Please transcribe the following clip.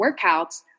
workouts